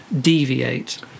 Deviate